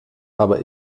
aber